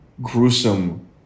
gruesome